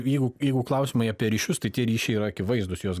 jeigu jeigu klausimai apie ryšius tai tie ryšiai yra akivaizdūs jos